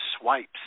swipes